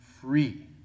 free